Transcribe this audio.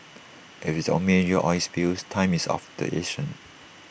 as with only major oil spills time is of the